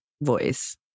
voice